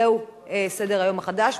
זה סדר-היום החדש,